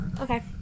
Okay